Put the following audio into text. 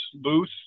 booth